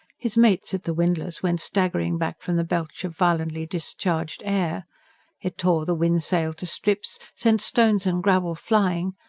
his mates at the windlass went staggering back from the belch of violently discharged air it tore the wind-sail to strips, sent stones and gravel flying,